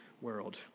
world